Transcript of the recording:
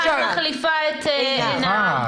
(ב)